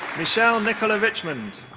michelle nicola richmond.